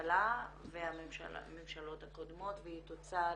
הממשלה והממשלות הקודמות והיא תוצר